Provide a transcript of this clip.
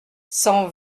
cent